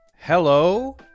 Hello